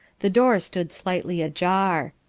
the door stood slightly ajar.